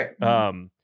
Right